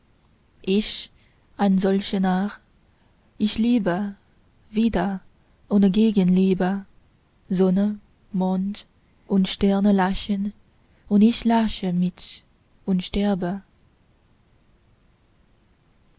ich ein solcher narr ich liebe wieder ohne gegenliebe sonne mond und sterne lachen und ich lache mit und sterbe